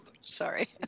sorry